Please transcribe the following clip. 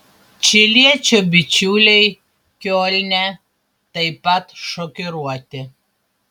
čiliečio bičiuliai kiolne taip pat šokiruoti